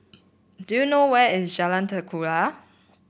do you know where is Jalan Ketuka